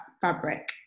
fabric